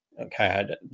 Okay